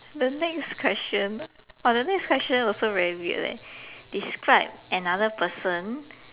the next question but the next question also very weird leh describe another person